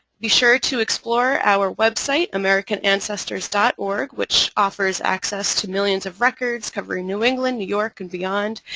be sure to explore our website american ancestors dot org which offers access to millions of records covering new england, new york and beyond.